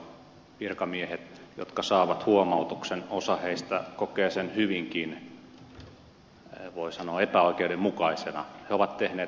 osa virkamiehistä jotka saavat huomautuksen kokee sen voi sanoa hyvinkin epäoikeudenmukaisena